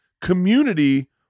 community